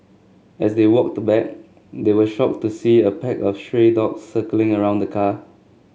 as they walked back they were shocked to see a pack of stray dogs circling around the car